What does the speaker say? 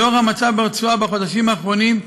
לנוכח המצב ברצועה בחודשים באחרונים,